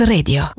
Radio